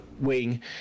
Wing